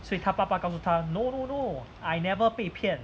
所以他爸爸告诉他 no no no I never 被骗